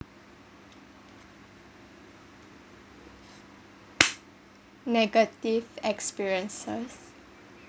negative experiences